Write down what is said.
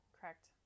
Correct